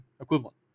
equivalent